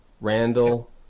Randall